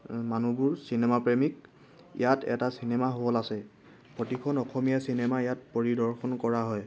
মানুহবোৰ চিনেমা প্ৰেমিক ইয়াত এটা চিনেমা হল আছে প্ৰতিখন অসমীয়া চিনেমা ইয়াত পৰিদৰ্শন কৰা হয়